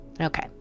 Okay